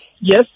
Yes